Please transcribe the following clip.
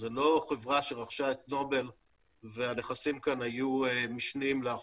זה לא חברה שרכשה את נובל והנכסים כאן היו משניים להחלטה,